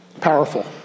Powerful